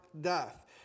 death